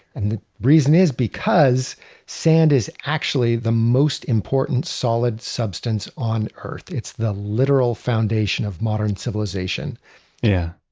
and the reason is because sand is actually the most important solid substance on earth. it's the literal foundation of modern civilization yeah.